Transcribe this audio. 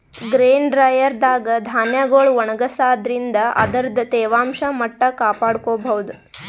grain dryer ದಾಗ್ ಧಾನ್ಯಗೊಳ್ ಒಣಗಸಾದ್ರಿನ್ದ ಅದರ್ದ್ ತೇವಾಂಶ ಮಟ್ಟ್ ಕಾಪಾಡ್ಕೊಭೌದು